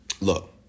Look